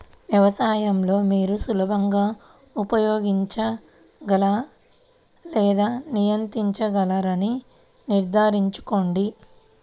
వ్యవసాయం లో మీరు సులభంగా ఉపయోగించగల లేదా నియంత్రించగలరని నిర్ధారించుకోండి